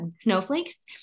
snowflakes